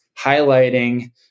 highlighting